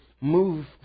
move